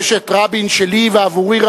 מורשת רבין שלי ועבורי,